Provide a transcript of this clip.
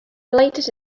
related